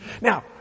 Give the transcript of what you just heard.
Now